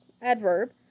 Adverb